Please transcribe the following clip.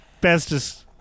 Bestest